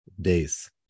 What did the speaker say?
days